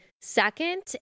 second